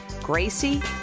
Gracie